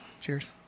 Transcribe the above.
cheers